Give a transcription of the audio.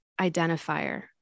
identifier